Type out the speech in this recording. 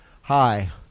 hi